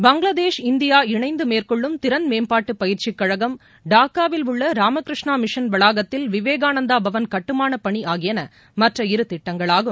Bangladesh India இணைந்து மேற்கொள்ளும் திறன் மேம்பாட்டு பயிற்சி கழகம் டாக்காவில் உள்ள ராமகிருஷ்ணா மிஷன் வளாகத்தில் விவேகானந்தா பவன் கட்டுமானப் பணி ஆகியன மற்ற இரு திட்டங்களாகும்